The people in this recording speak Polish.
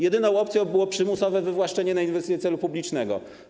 Jedyną opcją było przymusowe wywłaszczenie na inwestycje celu publicznego.